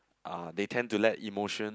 uh they tend to let emotion